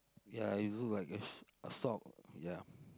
ya it look like a a sock ya